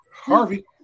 Harvey